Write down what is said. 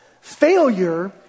failure